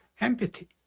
empathy